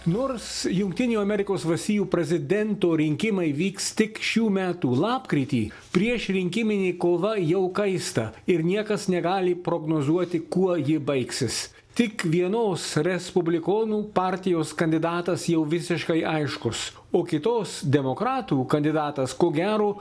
nors jungtinių amerikos valstijų prezidento rinkimai vyks tik šių metų lapkritį priešrinkiminė kova jau kaista ir niekas negali prognozuoti kuo ji baigsis tik vienos respublikonų partijos kandidatas jau visiškai aiškus o kitos demokratų kandidatas ko gero